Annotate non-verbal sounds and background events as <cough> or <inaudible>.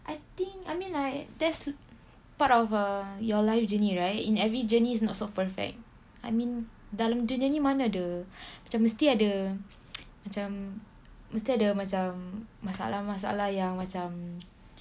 I think I mean like that's part of uh your life journey right in every journey it's not so perfect I mean dalam dunia mana ada macam mesti ada <noise> macam mesti ada macam masalah-masalah yang macam